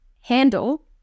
handle